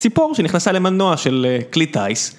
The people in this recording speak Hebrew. ציפור שנכנסה למנוע של כלי טייס.